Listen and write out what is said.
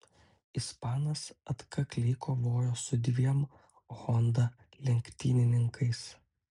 ispanas atkakliai kovojo su dviem honda lenktynininkais